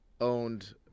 owned